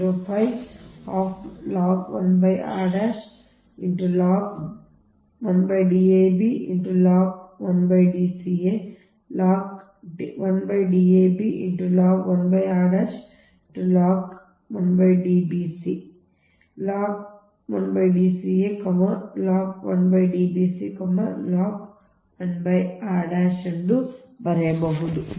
4605 ಆದ್ದರಿಂದ ನಾನು ಅದನ್ನು ತಪ್ಪಿಸಿದ್ದೇನೆ